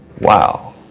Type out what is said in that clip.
Wow